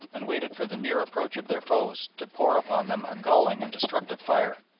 and waited for the near approach of their foes to pour upon them a galling and destructive fire.